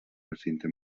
recinte